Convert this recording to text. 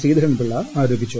ശ്രീധരൻപിള്ളി ആരോപിച്ചു